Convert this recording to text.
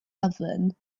oven